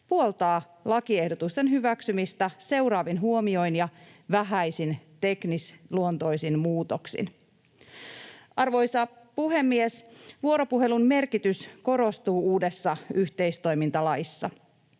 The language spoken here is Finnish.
puoltaa lakiehdotusten hyväksymistä seuraavin huomioin ja vähäisin, teknisluontoisin muutoksin. Arvoisa puhemies! Vuoropuhelun merkitys korostuu uudessa yhteistoimintalaissa.